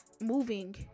moving